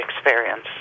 experience